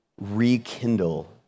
rekindle